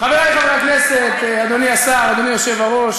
חברי חברי הכנסת, אדוני השר, אדוני היושב-ראש,